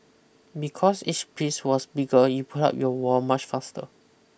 because each piece was bigger you put up your wall much faster